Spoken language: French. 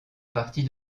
partie